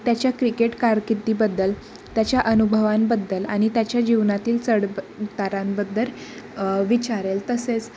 त्याच्या क्रिकेट कारकिर्दीबद्दल त्याच्या अनुभवांबद्दल आणि त्याच्या जीवनातील चढ उतारांबद्दल विचारेन तसेच